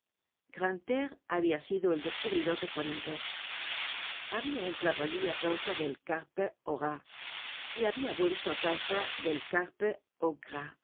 grantaire habia sido el descubridor de corinto habia entrado allí á causa del carpes horas y habia vuelto á causa del carpes au